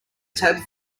table